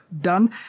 done